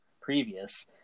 previous